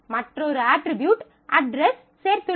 மற்றொரு attribute address சேர்த்துள்ளோம்